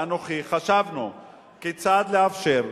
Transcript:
ואנוכי חשבנו כיצד לאפשר,